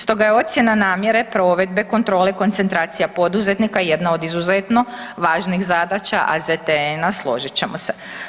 Stoga je ocjena namjere provede kontrole koncentracija poduzetnika jedna od izuzetno važnih zadaće AZTN-a složit ćemo se.